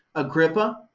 agrippa,